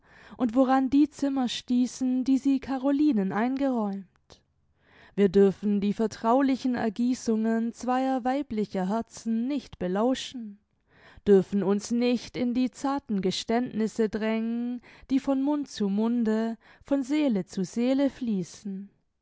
und woran die zimmer stießen die sie carolinen eingeräumt wir dürfen die vertraulichen ergießungen zweier weiblicher herzen nicht belauschen dürfen uns nicht in die zarten geständnisse drängen die von mund zu munde von seele zu seele fließen